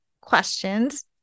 questions